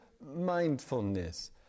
mindfulness